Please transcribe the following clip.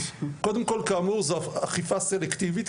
קודם כל כאמור זו אכיפה סלקטיבית,